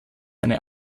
eine